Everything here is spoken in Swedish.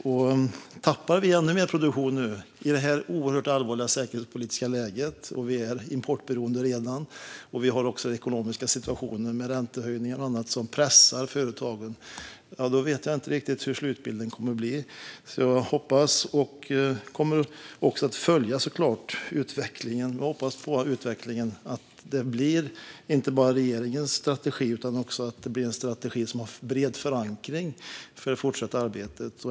Förlorar vi ännu mer produktion nu i detta oerhört allvarliga säkerhetspolitiska läge - vi är redan importberoende, och vi har den ekonomiska situationen med räntehöjningar och annat som pressar företagen - då vet jag inte riktigt hur slutbilden kommer att bli. Jag kommer såklart att följa utvecklingen och hoppas att det inte bara blir regeringens strategi utan att det blir en strategi som har bred förankring när det gäller det fortsatta arbetet.